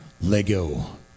Lego